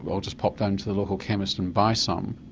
i'll just pop down to the local chemist and buy some'.